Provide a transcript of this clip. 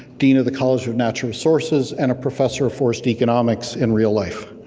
dean of the college of natural resources and a professor of forest economics in real life.